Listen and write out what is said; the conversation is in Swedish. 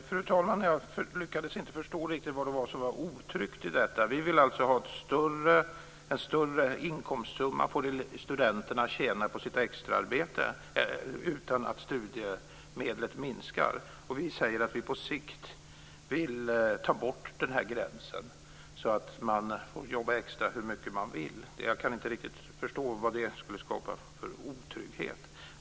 Fru talman! Jag lyckades inte förstå vad det var som var otryggt i detta. Vi vill alltså ha en större inkomstsumma för det som studenterna tjänar på sitt extraarbete utan att studiemedlet minskar. Vi säger att vi på sikt vill ta bort den här gränsen, så att man får jobba extra hur mycket man vill. Jag kan inte förstå att det skulle skapa otrygghet.